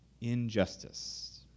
injustice